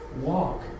walk